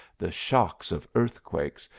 the shocks of earthquakes,